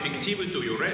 אפקטיבית הוא יורד.